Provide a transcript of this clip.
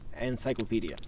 encyclopedia